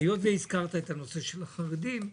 היות שהזכרת את הנושא של החרדים,